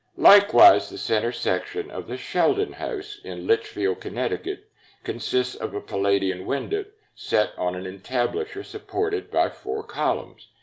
likewise, the center section of the sheldon house in litchfield, connecticut consists of a palladian window set on an entablature supported by four columns.